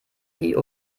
die